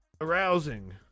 arousing